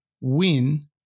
win